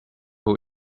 who